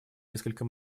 несколько